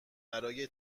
برای